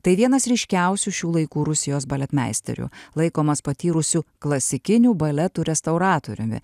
tai vienas ryškiausių šių laikų rusijos baletmeisterių laikomas patyrusiu klasikinių baletų restauratoriumi